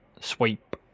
sweep